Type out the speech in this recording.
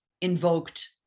invoked